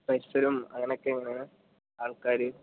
ടെക്സ്റ്റച്ചറും അങ്ങനെയൊക്കെ എങ്ങനെ ആൾക്കാർ